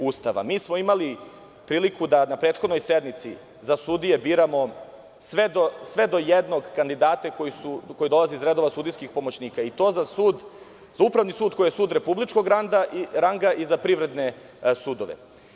Ustava.“ Imali smo priliku da na prethodnoj sednici za sudije biramo sve do jednog kandidate koji dolaze iz redova sudijskih pomoćnika, i to za upravni sud, koji je sud republičkog ranga i za privredne sudove.